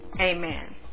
Amen